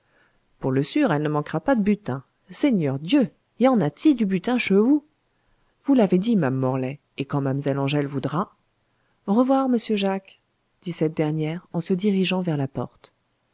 pour le sûr elle ne manquera pas de butin seigneur dieu y en a t'y du butin cheux vous vous l'avez dit ma'ame morlaix et quand mam'zelle angèle voudra au revoir monsieur jacques dit cette dernière en se dirigeant vers la porte